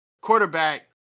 quarterback